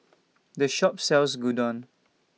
This Shop sells Gyudon